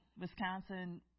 Wisconsin